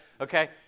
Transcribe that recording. okay